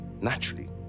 naturally